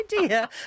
idea